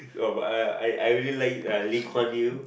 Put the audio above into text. oh but I I I really like uh Lee-Kuan-Yew